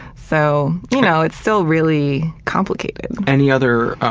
so, you know, it's still really complicated. any other